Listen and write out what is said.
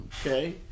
Okay